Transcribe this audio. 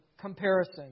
comparison